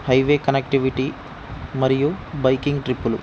highway connectivity మరియు biking ట్రిప్పులు